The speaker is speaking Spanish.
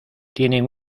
tienen